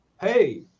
hey